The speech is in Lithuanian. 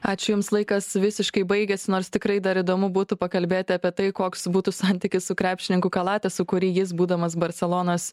ačiū jums laikas visiškai baigiasi nors tikrai dar įdomu būtų pakalbėti apie tai koks būtų santykis su krepšininku kalatesu kurį jis būdamas barselonos